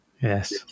Yes